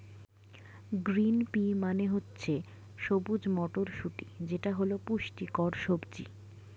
green pea মানে হচ্ছে সবুজ মটরশুঁটি যেটা হল পুষ্টিকর সবজি